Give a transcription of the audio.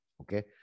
Okay